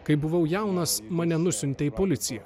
kai buvau jaunas mane nusiuntė į policiją